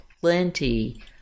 plenty